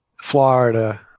Florida